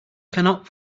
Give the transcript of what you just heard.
cannot